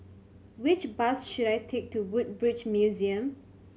which bus should I take to Woodbridge Museum